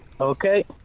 Okay